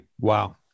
Wow